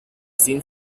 sin